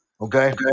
Okay